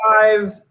five